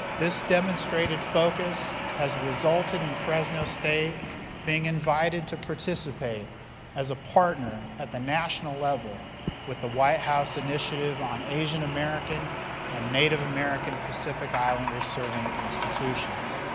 this demonstrated focus has resulted in fresno state being invited to participate as a partner at the national level with the white house initiative on asian american and native american pacific islander serving institutions.